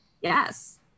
yes